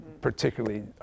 particularly